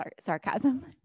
sarcasm